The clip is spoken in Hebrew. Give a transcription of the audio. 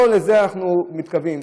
לא לזה אנחנו מתכוונים.